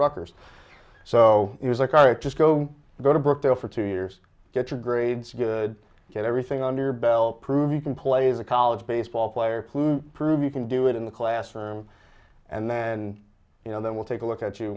rockers so it was like our it just go go to brooke go for two years get your grades good get everything under your belt prove you can play the college baseball player prove you can do it in the classroom and then you know then we'll take a look at you